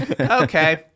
Okay